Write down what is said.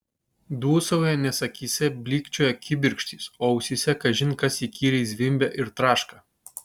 dūsauja nes akyse blykčioja kibirkštys o ausyse kažin kas įkyriai zvimbia ir traška